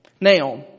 Now